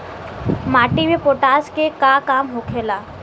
माटी में पोटाश के का काम होखेला?